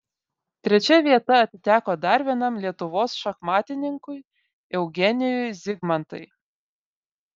trečia vieta atiteko dar vienam lietuvos šachmatininkui eugenijui zigmantai